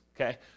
okay